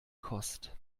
kost